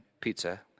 pizza